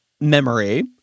memory